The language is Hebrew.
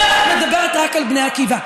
אומר: את מדברת רק על בני עקיבא.